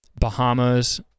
Bahamas